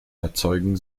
erzeugen